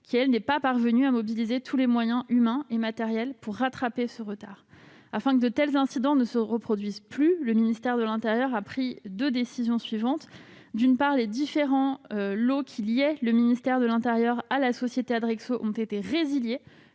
son côté, n'est pas parvenue à mobiliser tous les moyens humains et matériels pour rattraper ce retard. Afin que de tels incidents ne se reproduisent pas, le ministre de l'intérieur a pris deux décisions. D'une part, les différents lots qui liaient le ministère de l'intérieur à la société Adrexo ont été résiliés